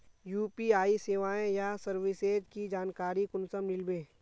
UPI सेवाएँ या services की जानकारी कुंसम मिलबे?